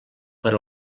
per